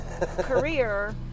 career